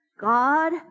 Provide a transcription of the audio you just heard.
god